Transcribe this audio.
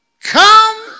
Come